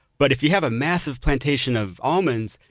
but if you have a massive plantation of almonds,